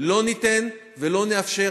לא ניתן ולא נאפשר,